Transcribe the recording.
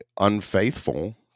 unfaithful